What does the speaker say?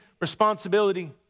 responsibility